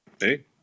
Hey